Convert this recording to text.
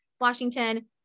washington